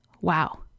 wow